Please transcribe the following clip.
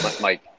Mike